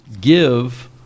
give